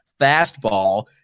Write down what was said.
fastball